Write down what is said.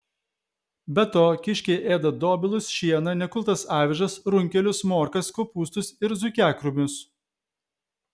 be to kiškiai ėda dobilus šieną nekultas avižas runkelius morkas kopūstus ir zuikiakrūmius